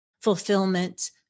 fulfillment